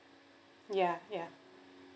ya ya